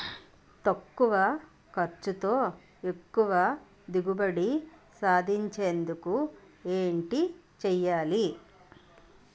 తక్కువ ఖర్చుతో ఎక్కువ దిగుబడి సాధించేందుకు ఏంటి చేయాలి?